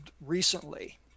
recently